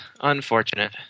unfortunate